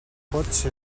potser